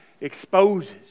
exposes